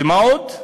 ומה עוד?